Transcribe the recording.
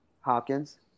Hopkins